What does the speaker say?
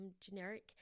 generic